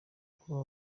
kuba